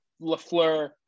Lafleur